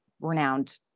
renowned